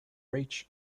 rich